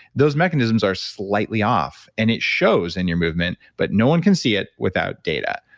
those mechanisms are slightly off. and it shows in your movement but no one can see it without data.